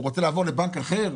הוא רוצה לעבור לבנק אחר.